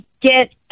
get